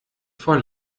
vor